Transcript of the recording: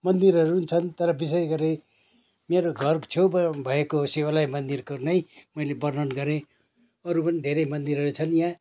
मन्दिरहरू पनि छन् तर विशेष गरी मेरो घर छेउमा भएको शिवालय मन्दिरको नै मैले वर्णन गरेँ अरू पनि धेरै मन्दिरहरू छन यहाँ